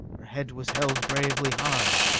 her head was held bravely high,